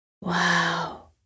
Wow